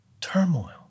turmoil